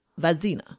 Vazina